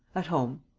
at home.